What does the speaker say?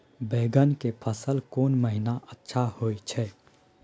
बैंगन के फसल कोन महिना अच्छा होय छै?